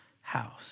house